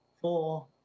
four